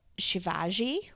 Shivaji